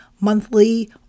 monthly